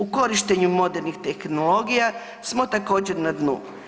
U korištenju modernih tehnologija smo također na dnu.